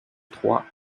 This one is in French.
trois